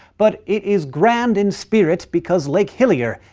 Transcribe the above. but it is grand in spirit because lake hillier.